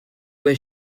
wear